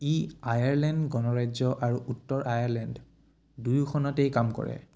ই Ireland গণৰাজ্য আৰু উত্তৰ আয়াৰলেণ্ড দুয়োখনতেই কাম কৰে